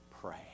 pray